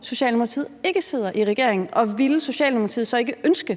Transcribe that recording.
Socialdemokratiet på et tidspunkt ikke sidder i regering, og ville Socialdemokratiet så ikke ønske